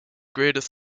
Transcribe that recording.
greatest